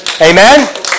Amen